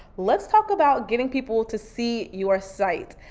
let's talk about getting people to see your site.